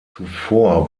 zuvor